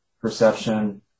perception